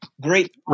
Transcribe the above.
great